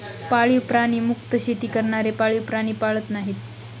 पाळीव प्राणी मुक्त शेती करणारे पाळीव प्राणी पाळत नाहीत